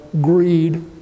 greed